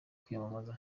kwiyamamaza